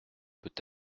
peut